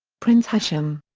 prince hashem.